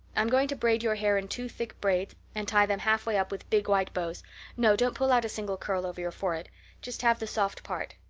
i'm going to braid your hair in two thick braids, and tie them halfway up with big white bows no, don't pull out a single curl over your forehead just have the soft part.